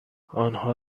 آنها